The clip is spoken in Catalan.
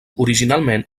originalment